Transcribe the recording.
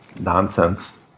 nonsense